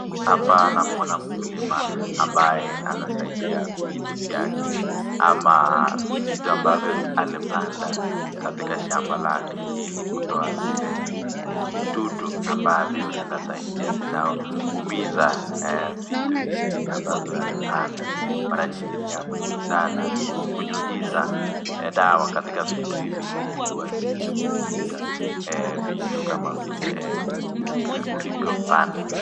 Hapa namuona mkulima ambaye anasaidia vitu vyake, ama vitu ambavyo alipanda katika shamba lake ,ili kutoa zile vidudu ambavyo zinaumiza vitu hivi ambavyo alipanda .Mara nyingi ni ya muhimu sana kunyunyiza dawa katika vidudu hivi ili wasieze kuumiza vitu kama vile ulivyopanda.